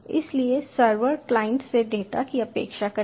इसलिए server client से data की अपेक्षा करेगा